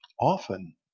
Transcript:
often